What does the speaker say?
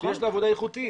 יש לו עבודה איכותית.